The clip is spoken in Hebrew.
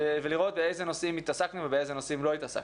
ולראות באיזה נושאים התעסקנו ובאיזה נושאים לא התעסקנו.